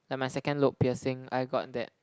like my second lobe piercing I got that